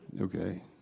Okay